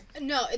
No